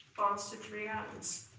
bonds to three atoms.